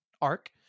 arc